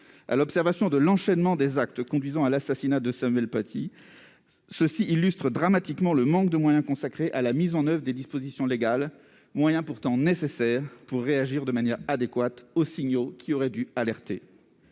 Toutefois, l'enchaînement des actes conduisant à l'assassinat de Samuel Paty illustre dramatiquement le manque de moyens consacrés à la mise en oeuvre des dispositions légales, moyens pourtant nécessaires pour réagir de manière adéquate aux signaux qui auraient dû alerter.